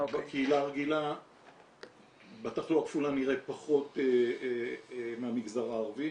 בתחלואה הכפולה נראה פחות מהמגזר הערבי,